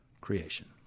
creation